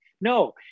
no